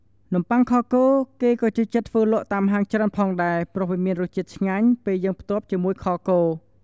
នំប័ុងខគោគេក៏ចូលចិត្តធ្វើលក់តាមហាងច្រើនផងដែរ ព្រោះវាមានរសជាតិឆ្ងាញ់ពេលយើងផ្ទាប់ជាមួយខគោ។